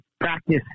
practice